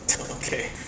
Okay